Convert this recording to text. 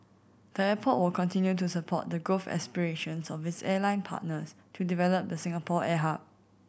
the airport will continue to support the growth aspirations of its airline partners to develop the Singapore air hub